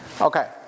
Okay